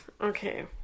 Okay